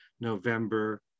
November